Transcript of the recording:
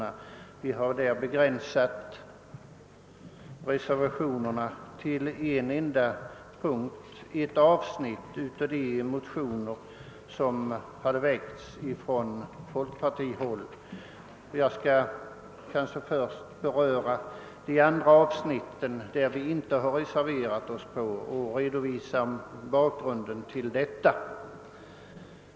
Vi har kunnat begränsa reservationen till att gälla ett enda avsnitt i de motioner som väckts från folkpartihåll. Jag kanske först skall beröra de övriga avsnitt, i fråga om vilka vi inte reserverat oss, och redovisa bakgrunden därtill.